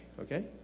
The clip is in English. okay